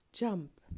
Jump